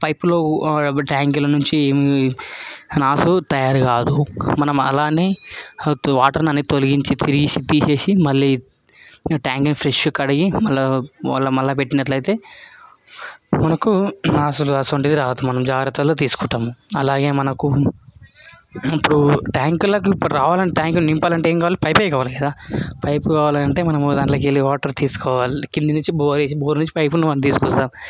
పైపులో ఇప్పుడు ట్యాంక్లో నుంచి నాసు తయారు కాదు మనం అలానే వాటర్ అనేది తొలగించి తీసేసి మళ్ళీ ట్యాంక్ని ఫ్రెష్గా కడిగి మళ్ళీ వాళ్ళు మళ్ళీ పెట్టినట్లయితే మనకు నాసు అటువంటిది రాకుండా జాగ్రత్తలు తీసుకుంటాం అలాగే మనకు ఇప్పుడు ట్యాంకులకి ఇప్పుడు రావాలంటే ట్యాంక్ నింపాలంటే ఇప్పుడు ఏం కావాలి పైపే కావాలి కదా పైపే కావాలంటే మనం దాంట్లోకెళ్ళీ వాటర్ తీసుకోవాలి కింద నుంచి బోర్ వేసి బోర్ నుంచి పైపులు మనం తీసుకువస్తాం